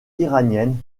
iranienne